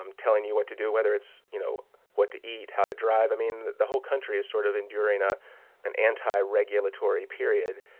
um telling you what to do, whether it's you know what to eat, how to drive. the whole country is sort of enduring ah an anti-regulatory period,